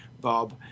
Bob